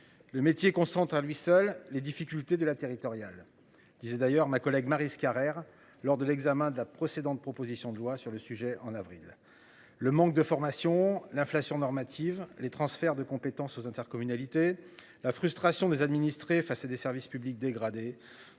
Le métier concentre à lui seul les difficultés de la territoriale disait d'ailleurs ma collègue Maryse Carrère lors de l'examen de la procédure de propositions de loi sur le sujet, en avril, le manque de formation. L'inflation normative. Les transferts de compétences aux intercommunalités la frustration des administrés face et des services publics dégradés.